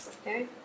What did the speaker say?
Okay